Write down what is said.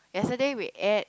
yesterday E ate